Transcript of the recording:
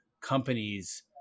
companies